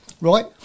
Right